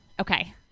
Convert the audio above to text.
Okay